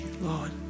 Lord